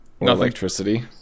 electricity